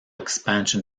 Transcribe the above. expansion